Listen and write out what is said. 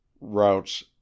Routes